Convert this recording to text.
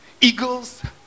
eagles